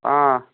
آ